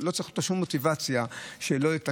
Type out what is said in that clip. ולא צריך שום מוטיבציה שזה לא יהיה תקף.